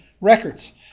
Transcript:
records